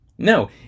No